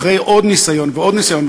אחרי עוד ניסיון ועוד ניסיון,